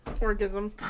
Orgasm